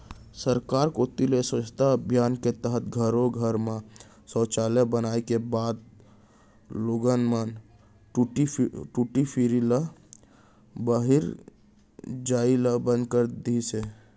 सरकार कोती ले स्वच्छता अभियान के तहत घरो घर म सौचालय बनाए के बाद लोगन मन टट्टी फिरे ल बाहिर जवई ल बंद कर दे हें